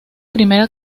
primera